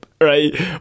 right